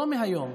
לא מהיום,